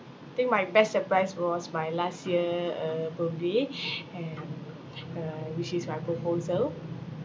think my best surprise was my last year uh birthday and uh which is my proposal